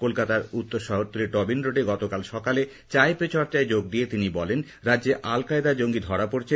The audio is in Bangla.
কলকাতার উত্তর শহরতলীর টবিন রোডে গতকাল সকালে তিনি চায়ে পে চর্চায় যোগ দিয়ে তিনি বলেন রাজ্যে আল কায়দার জঙ্গি ধরা পড়ছে